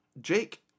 Jake